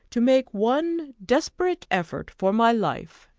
to make one desperate effort for my life.